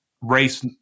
race